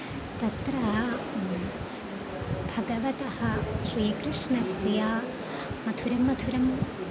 तत्र भगवतः श्रीकृष्णस्य मधुरमधुरं